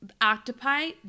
octopi